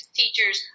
teachers